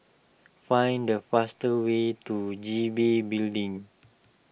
find the fastest way to G B Building